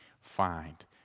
find